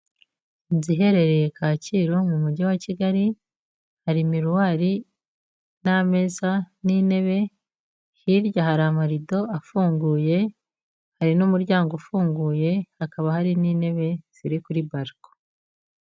Inzu iherereye Kacyiru mu mujyi wa Kigali, hari miruwari n'ameza n'intebe, hirya hari amarido afunguye, hari n'umuryango ufunguye, hakaba hari n'intebe ziri kuri bariko.